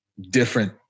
different